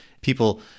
people